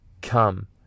come